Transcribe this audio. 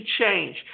change